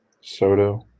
Soto